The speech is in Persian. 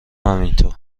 همینطور